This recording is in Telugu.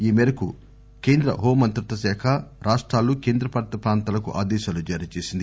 ఈమేరకు కేంద్ర హోంమంత్రిత్వశాఖ రాష్టాలు కేంద్రపాలిత ప్రాంతాలకు ఆదేశాలు జారీచేసింది